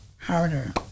harder